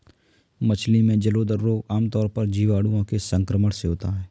मछली में जलोदर रोग आमतौर पर जीवाणुओं के संक्रमण से होता है